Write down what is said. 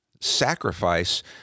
sacrifice